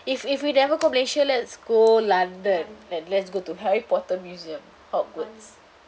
if if we never go malaysia let's go london then let's go to harry potter museum hogwart